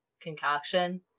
Concoction